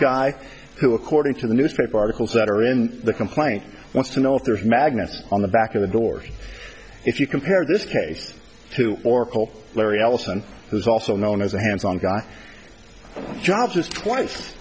guy who according to the newspaper articles that are in the complaint wants to know if there's magnets on the back of the door if you compare this case to oracle larry ellison who is also known as a hands on guy job just twice